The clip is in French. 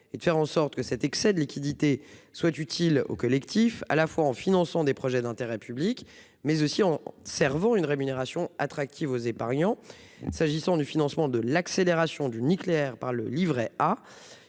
est de faire en sorte que cet excès de liquidités soit utile à la collectivité, non seulement en finançant des projets d'intérêt public, mais aussi en servant une rémunération attractive aux épargnants. Vous mentionnez le financement de l'accélération du nucléaire par le livret A.